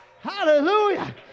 hallelujah